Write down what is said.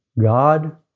God